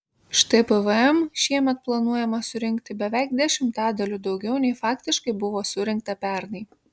štai pvm šiemet planuojama surinkti beveik dešimtadaliu daugiau nei faktiškai buvo surinkta pernai